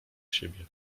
siebie